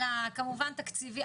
כמובן על התקציבים,